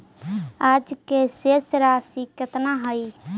आज के शेष राशि केतना हई?